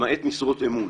למעט במשרות אמון.